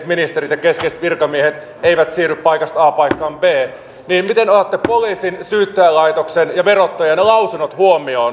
puolustushallinnon budjetit ovat jakautuneet niin kuin ministeri tuossa sanoi perinteisesti kolmeen pääluokkaan henkilöstön materiaalien ja toiminnan osalta